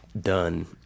done